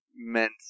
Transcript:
meant